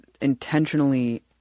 intentionally